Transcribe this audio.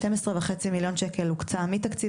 שתיים עשרה וחצי מיליון שקל הוקצה מתקציב